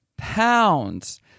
pounds